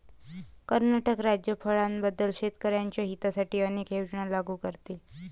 कर्नाटक राज्य फळांबद्दल शेतकर्यांच्या हितासाठी अनेक योजना लागू करते